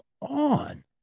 on